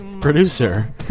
producer